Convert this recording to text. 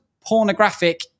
pornographic